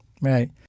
Right